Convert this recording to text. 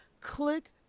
click